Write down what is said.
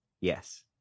yes